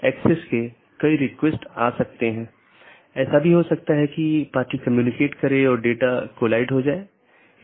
एक AS traffic की निश्चित श्रेणी के लिए एक विशेष AS पाथ का उपयोग करने के लिए ट्रैफिक को अनुकूलित कर सकता है